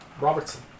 Robertson